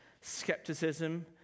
skepticism